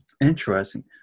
Interesting